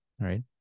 right